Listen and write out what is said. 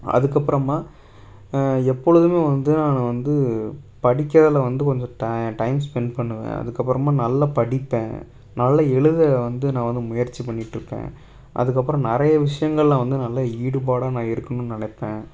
அதுக்கப்புறமா எப்பொழுதுமே வந்து நான் வந்து படிக்கிறதுல வந்து கொஞ்சோம் ட டையம் ஸ்பென்ட் பண்ணுவேன் அதுக்கப்புறமா நல்லா படிப்பேன் நல்லா எழுத வந்து நான் வந்து முயற்சி பண்ணிட்டிருப்பேன் அதுக்கப்புறோம் நிறைய விஷியங்களில் வந்து நல்லா ஈடுபாடாக நான் இருக்கணுன்னு நினைப்பேன்